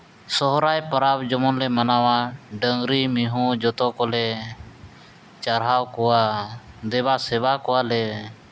ᱥᱚᱦᱨᱟᱭ ᱯᱚᱨᱚᱵᱽ ᱡᱮᱢᱚᱱ ᱞᱮ ᱢᱟᱱᱟᱣᱟ ᱰᱟᱹᱝᱨᱤ ᱢᱤᱦᱩ ᱡᱚᱛᱚ ᱠᱚᱞᱮ ᱪᱟᱨᱦᱟᱣ ᱠᱚᱣᱟ ᱫᱮᱵᱟᱥᱮᱵᱟ ᱠᱚᱣᱟᱞᱮ